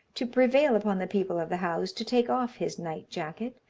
to prevail upon the people of the house to take off his night-jacket,